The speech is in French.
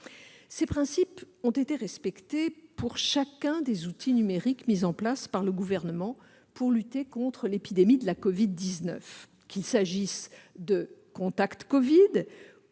Ces principes ont été respectés pour chacun des outils numériques mis en place par le Gouvernement pour lutter contre l'épidémie de la Covid-19, qu'il s'agisse de Contact Covid